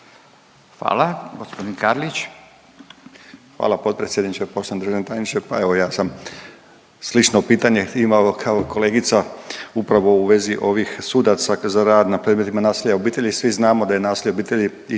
Mladen (HDZ)** Hvala potpredsjedniče. Poštovani državni tajniče, pa evo i ja sam slično pitanje imama kao i kolegica upravo u vezi ovih sudaca za rad na predmetima nasilja u obitelji. Svi znamo da je nasilje u obitelji